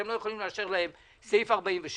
אתם לא יכולים לאשר להן את סעיף 46,